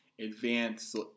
advanced